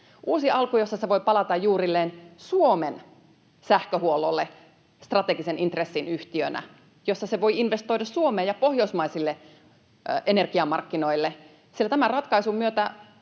uusi alku, jossa se voi palata juurilleen, Suomen sähköhuollolle strategisen intressin yhtiönä, jolloin se voi investoida Suomeen ja pohjoismaisille energiamarkkinoille, sillä tämän ratkaisun myötä